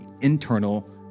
internal